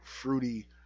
fruity